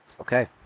Okay